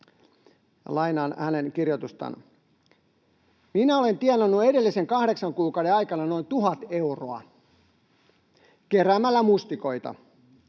Lainaan hänen kirjoitustaan: ”Minä olen tienannut edellisen kahdeksan kuukauden aikana noin 1 000 euroa keräämällä mustikoita.